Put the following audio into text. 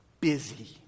busy